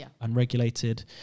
unregulated